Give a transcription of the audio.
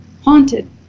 haunted